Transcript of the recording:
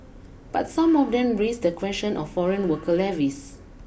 but some of them raise the question of foreign worker levies